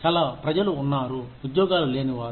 చాలా ప్రజలు ఉన్నారు ఉద్యోగాలు లేనివారు